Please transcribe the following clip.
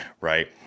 right